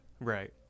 right